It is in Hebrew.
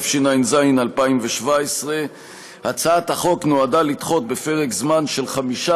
התשע"ז 2017. הצעת החוק נועדה לדחות בפרק זמן של 15